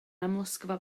amlosgfa